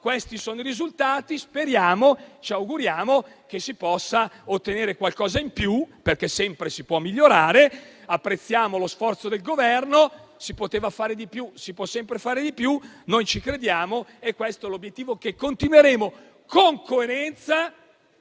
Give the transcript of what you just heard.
questi sono i risultati, speriamo che si possa ottenere qualcosa in più, perché si può sempre migliorare. Apprezziamo lo sforzo del Governo. Si poteva fare di più? Si può sempre fare di più. Noi ci crediamo ed è questo l'obiettivo che continueremo a portare